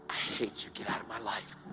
hate you get out of my life!